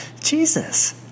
Jesus